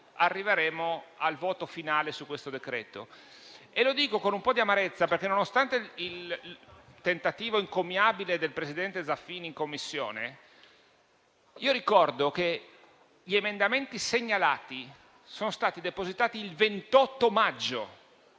arriveremo al voto finale su questo decreto-legge. Lo dico con un po' di amarezza perché, nonostante il tentativo encomiabile del presidente Zaffini in Commissione, ricordo che gli emendamenti segnalati sono stati depositati il 28 maggio,